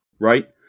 Right